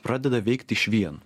pradeda veikti išvien